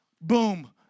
boom